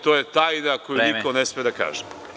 To je tajna koju niko ne sme da kaže.